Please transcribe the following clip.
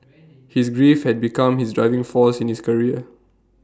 his grief had become his driving force in his career